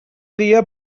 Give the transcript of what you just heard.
dia